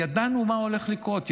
ידענו מה הולך לקרות,